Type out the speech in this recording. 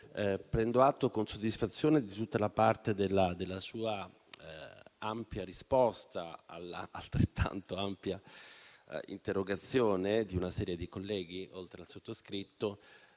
prendo atto con soddisfazione di tutta la parte, contenuta nella sua ampia risposta all'altrettanto ampia interrogazione di una serie di colleghi, oltre al sottoscritto,